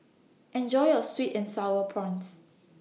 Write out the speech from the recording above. Enjoy your Sweet and Sour Prawns